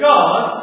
God